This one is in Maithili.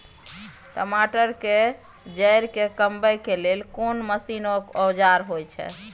टमाटर के जईर के कमबै के लेल कोन मसीन व औजार होय छै?